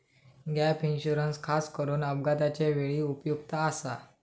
gap insurance खासकरून अपघाताच्या वेळी उपयुक्त आसा